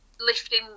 lifting